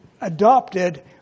adopted